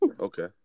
Okay